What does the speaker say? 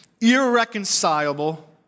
irreconcilable